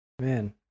man